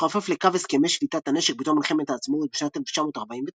שחופף לקו הסכמי שביתת הנשק בתום מלחמת העצמאות משנת 1949,